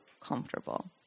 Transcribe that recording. comfortable